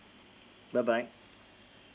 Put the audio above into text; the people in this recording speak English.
bye bye